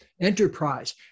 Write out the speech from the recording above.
enterprise